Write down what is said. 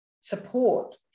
support